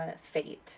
fate